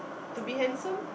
to be handsome